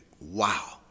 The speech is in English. wow